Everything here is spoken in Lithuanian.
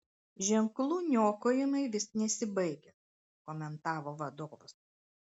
ženklų niokojimai vis nesibaigia komentavo vadovas